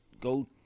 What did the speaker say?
go